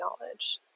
knowledge